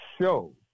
show